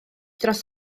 dros